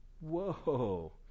whoa